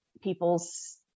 people's